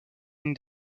une